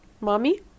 mommy